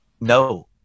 No